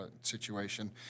situation